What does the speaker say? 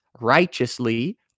righteously